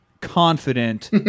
confident